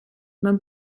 mewn